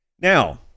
Now